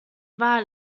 wal